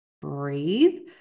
breathe